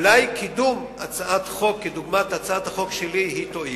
אולי קידום הצעת חוק דוגמת הצעת החוק שלי יועיל.